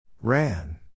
Ran